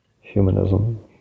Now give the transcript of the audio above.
humanism